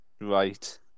right